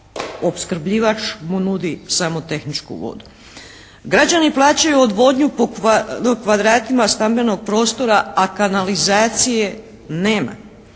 opskrbljivač mu nudi samo tehničku vodu? Građani plaćaju odvodnju po kvadratima stambenog prostora, a kanalizacije nema.